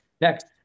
Next